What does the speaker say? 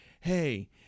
Hey